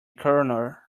coroner